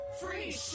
Free